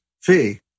fee